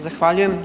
Zahvaljujem.